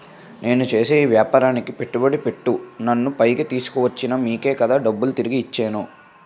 నేను చేసే ఈ వ్యాపారానికి పెట్టుబడి పెట్టి నన్ను పైకి తీసుకొచ్చిన మీకే కదా డబ్బులు తిరిగి ఇచ్చేను